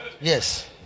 Yes